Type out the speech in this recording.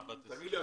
תגיד לי,